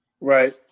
Right